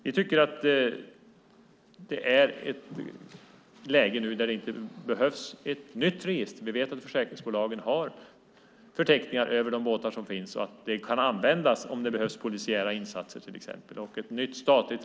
Vi tycker att det nu är ett läge då det inte behövs ett nytt register. Vi vet att försäkringsbolagen har förteckningar över de båtar som finns och att de kan användas om det behövs till exempelvis polisiära insatser.